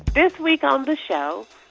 this week on the show,